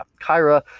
Kyra